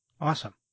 Awesome